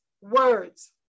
words